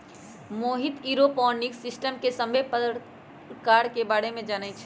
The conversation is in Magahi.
मोहित ऐरोपोनिक्स सिस्टम के सभ्भे परकार के बारे मे जानई छई